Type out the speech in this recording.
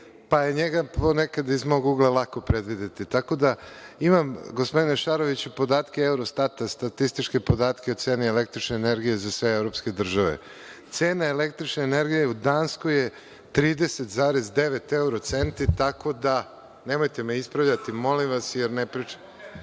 pa je njega ponekad iz mog ugla lako predvideti. Tako da, imam, gospodine Šaroviću podatke Eurostata, statističke podatke o ceni električne energije za sve evropske države. Cena električne energije u Danskoj je 30,9 evrocenti, tako da nemojte me ispravljati molim vas, jer ne pričam